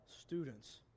students